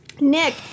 Nick